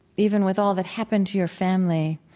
even with all that happened to your family,